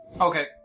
Okay